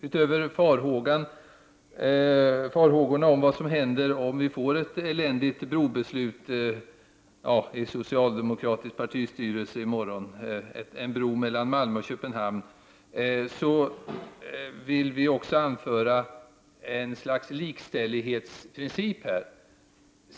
Utöver farhågorna om vad som händer om det blir ett eländigt brobeslut i den socialdemokratiska partistyrelsen i morgon, dvs. ett beslut om en bro mellan Malmö och Köpenhamn, vill vi också anföra ett slags likställighetsprincip.